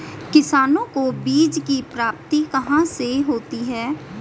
किसानों को बीज की प्राप्ति कहाँ से होती है?